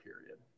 period